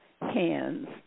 hands